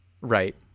Right